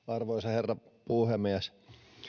arvoisa herra puhemies